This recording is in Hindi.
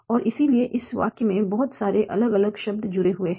और इसलिए इस वाक्य में बहुत सारे अलग अलग शब्द जुड़े हुए हैं